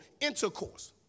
intercourse